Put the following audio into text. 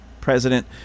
president